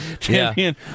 champion